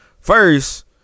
First